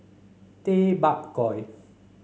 Tay Bak Koi